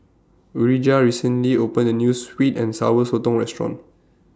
Urijah recently opened A New Sweet and Sour Sotong Restaurant